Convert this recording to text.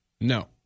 No